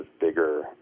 bigger